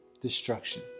destruction